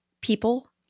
people